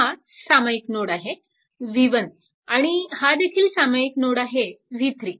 हा सामायिक नोड आहे v1 आणि हा देखील सामायिक नोड आहे v3